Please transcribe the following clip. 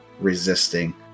resisting